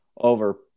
Over